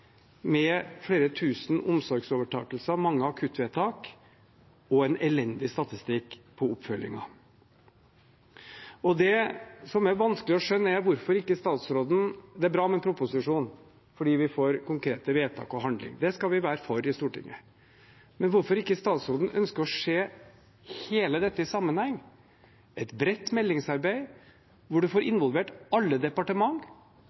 flere tusen omsorgsovertakelser, mange akuttvedtak og en elendig statistikk på oppfølgingen? Det er bra med en proposisjon, fordi vi får konkrete vedtak og handling – det skal vi være for i Stortinget. Men det som er vanskelig å skjønne, er hvorfor ikke statsråden ønsker å se hele dette i sammenheng, med et bredt meldingsarbeid hvor man får involvert alle departement.